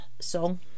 song